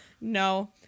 no